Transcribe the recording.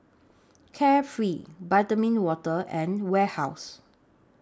Carefree Vitamin Water and Warehouse